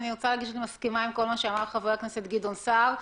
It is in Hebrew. אני מסכימה עם כל מה שאמר חבר הכנסת גדעון סער.